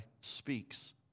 speaks